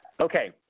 Okay